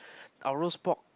our roast pork